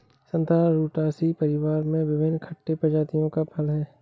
संतरा रुटासी परिवार में विभिन्न खट्टे प्रजातियों का फल है